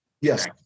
Yes